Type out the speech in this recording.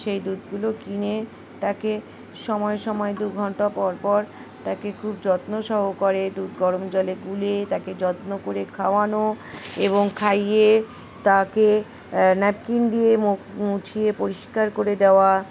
সেই দুধগুলো কিনে তাকে সময় সময় দু ঘণ্টা পর পর তাকে খুব যত্ন সহ করে দুধ গরম জলে গুলে তাকে যত্ন করে খাওয়ানো এবং খাইয়ে তাকে ন্যাপকিন দিয়ে মুছিয়ে পরিষ্কার করে দেওয়া